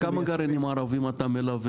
כמה גרעינים ערביים אתה מלווה?